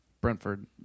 Brentford